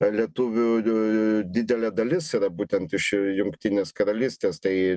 lietuvių didelė dalis yra būtent iš jungtinės karalystės tai